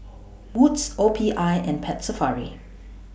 Wood's O P I and Pets Safari